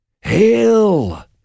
Hail